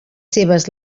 seves